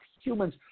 Humans